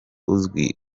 uzwi